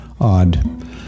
Odd